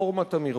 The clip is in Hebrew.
"רפורמת המרפסות".